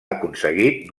aconseguit